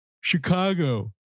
Chicago